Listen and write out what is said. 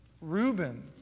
Reuben